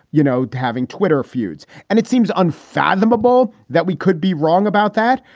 you know, having twitter feuds and it seems unfathomable that we could be wrong about that.